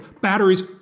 batteries